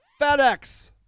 FedEx